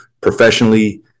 professionally